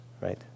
Right